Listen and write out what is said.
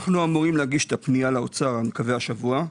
אנחנו אמורים להגיש את הפניה לאוצר מקווה השבוע.